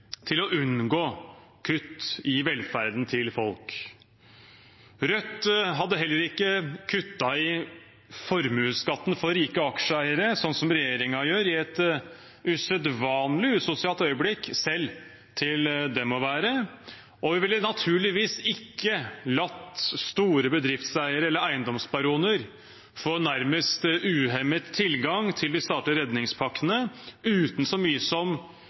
til å unngå kutt i velferden til folk. Rødt hadde heller ikke kuttet i formuesskatten for rike aksjeeiere, som regjeringen gjør i et usedvanlig usosialt øyeblikk selv til dem å være, og vi ville naturligvis ikke latt store bedriftseiere eller eiendomsbaroner få nærmest uhemmet tilgang til de statlige redningspakkene, uten så mye som